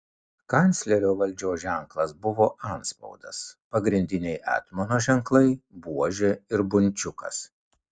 kanclerio valdžios ženklas buvo antspaudas pagrindiniai etmono ženklai buožė ir bunčiukas